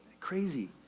crazy